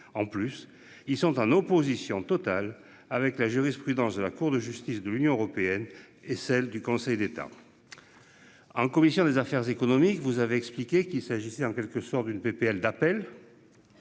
en plus ils sont en opposition totale avec la jurisprudence de la Cour de justice de l'Union européenne et celle du Conseil d'État. En commission des affaires économiques. Vous avez expliqué qu'il s'agissait en quelque sorte d'une PPL d'appel.--